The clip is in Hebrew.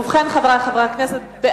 התש"ע 2010, נתקבל.